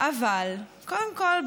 אבל קודם כול,